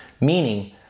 Meaning